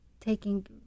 taking